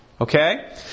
Okay